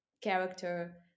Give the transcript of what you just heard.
character